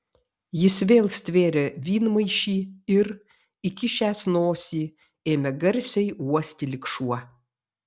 jis vėl stvėrė vynmaišį ir įkišęs nosį ėmė garsiai uosti lyg šuo